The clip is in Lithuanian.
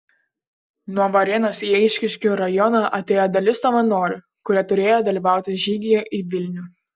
nuo varėnos į eišiškių rajoną atėjo dalis savanorių kurie turėjo dalyvauti žygyje į vilnių